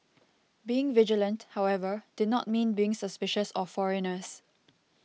being vigilant however did not mean being suspicious of foreigners